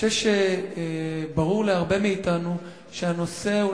אני חושב שברור להרבה מאתנו שאחד הנושאים